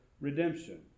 redemption